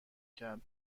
کرد